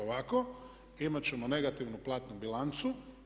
Ovako imat ćemo negativnu platnu bilancu.